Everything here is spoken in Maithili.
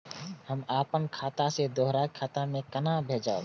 हम आपन खाता से दोहरा के खाता में केना भेजब?